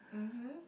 mmhmm